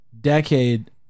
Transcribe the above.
decade